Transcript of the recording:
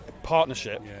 partnership